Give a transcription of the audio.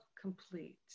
complete